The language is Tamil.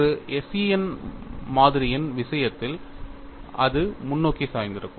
ஒரு SEN மாதிரியின் விஷயத்தில் அது முன்னோக்கி சாய்ந்திருக்கும்